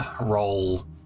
roll